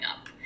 up